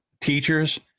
teachers